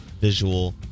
visual